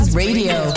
radio